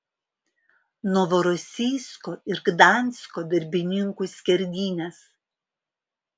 novorosijsko ir gdansko darbininkų skerdynės